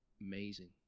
amazing